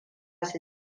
su